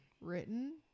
written